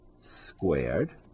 squared